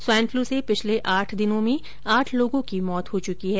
swine flu से पिछले आठ दिन में आठ लोगों की मौत हो चुकी है